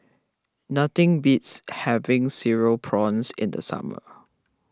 nothing beats having Cereal Prawns in the summer